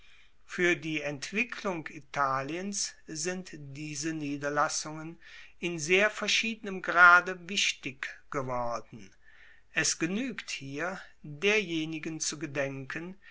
fuer die entwicklung italiens sind diese niederlassungen in sehr verschiedenem grade wichtig geworden es genuegt hier derjenigen zu gedenken